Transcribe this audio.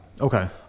Okay